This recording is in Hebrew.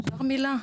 אפשר מילה?